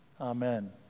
Amen